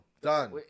done